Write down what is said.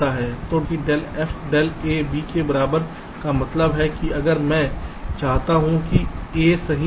तो del f del a b के बराबर का मतलब क्या हैdel f del a b के बराबर का मतलब है कि अगर मैं चाहता हूं कि a सही अलग है